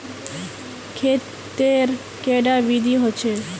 खेत तेर कैडा विधि होचे?